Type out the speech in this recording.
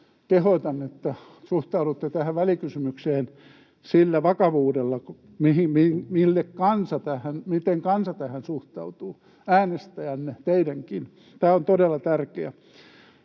kehotan, että suhtaudutte tähän välikysymykseen sillä vakavuudella, miten kansa tähän suhtautuu — äänestäjänne, teidänkin. Tämä on todella tärkeää.